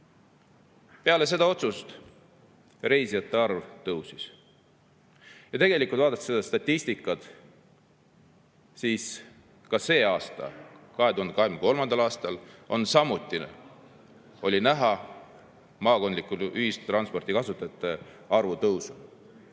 Peale seda otsust reisijate arv tõusis. Tegelikult, vaadates statistikat, on ka sel aastal, 2023. aastal, samuti näha maakondliku ühistranspordi kasutajate arvu tõusu.